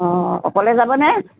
অ অকলে যাবনে